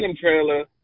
trailer